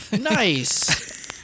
nice